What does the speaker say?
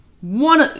One